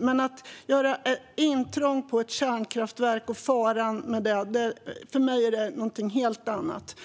Men att göra ett intrång på ett kärnkraftverk och den fara som det innebär är för mig något helt annat.